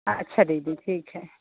अच्छा दीदी ठीक है